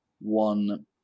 one